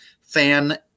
fan